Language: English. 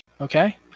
Okay